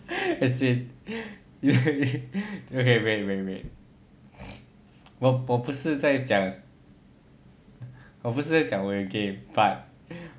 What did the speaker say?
as in okay wait wait wait 我不是在讲我不是在讲我有 game but